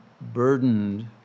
burdened